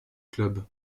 club